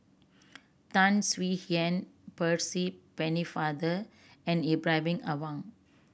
Tan Swie Hian Percy Pennefather and Ibrahim Awang